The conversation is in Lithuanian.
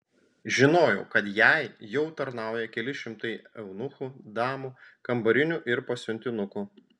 žinojau kad jai jau tarnauja keli šimtai eunuchų damų kambarinių ir pasiuntinukų